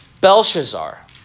Belshazzar